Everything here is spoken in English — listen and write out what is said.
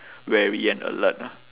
wary and alert ah